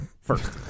First